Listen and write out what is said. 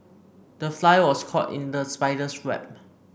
the fly was caught in the spider's web